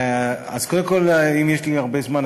אם יש לי הרבה זמן,